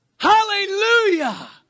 Hallelujah